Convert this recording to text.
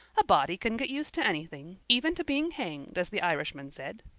a body can get used to anything, even to being hanged, as the irishman said.